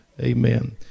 Amen